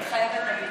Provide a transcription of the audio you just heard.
מתחייבת אני